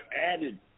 added